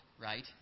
right